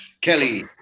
Kelly